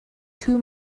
too